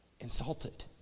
insulted